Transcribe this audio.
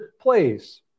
place